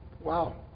Wow